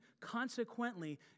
Consequently